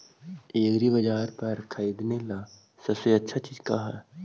एग्रीबाजार पर खरीदने ला सबसे अच्छा चीज का हई?